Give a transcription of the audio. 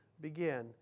begin